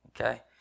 okay